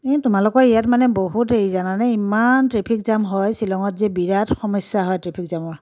এ তোমালোকৰ ইয়াত মানে বহুত হেৰি জানানে ইমান ট্ৰেফিক জাম হয় শ্বিলঙত যে বিৰাট সমস্যা হয় ট্ৰেফিক জামৰ